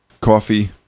coffee